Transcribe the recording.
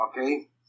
okay